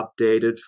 updated